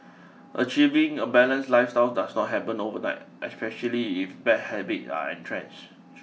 achieving a balanced lifestyle does not happen overnight especially if bad habits are entrenched